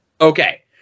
Okay